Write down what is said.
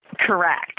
Correct